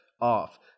off